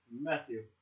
Matthew